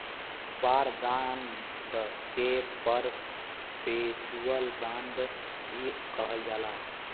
war bond के perpetual bond भी कहल जाला